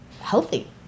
healthy